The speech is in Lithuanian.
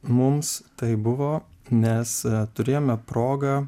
mums tai buvo nes turėjome progą